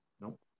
Nope